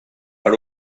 per